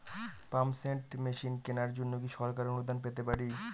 Pump set machine কেনার জন্য কি সরকারি অনুদান পেতে পারি?